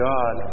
God